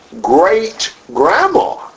great-grandma